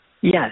Yes